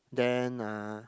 then uh